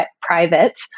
private